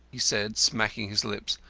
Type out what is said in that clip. he said, smacking his lips,